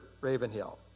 Ravenhill